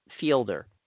fielder